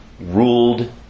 Ruled